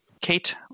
Kate